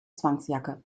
zwangsjacke